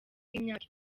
y’imyaka